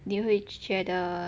你会觉得